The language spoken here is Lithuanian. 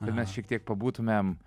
kad mes šiek tiek pabūtumėm